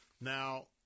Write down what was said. Now